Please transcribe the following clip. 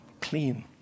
clean